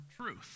truth